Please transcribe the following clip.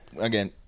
Again